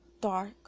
dark